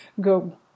go